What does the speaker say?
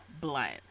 Blunt